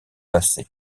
passées